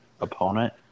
opponent